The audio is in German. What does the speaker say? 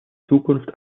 zukunft